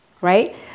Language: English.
right